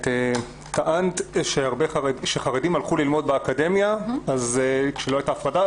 את טענת שחרדים הלכו ללמוד באקדמיה כשלא הייתה הפרדה,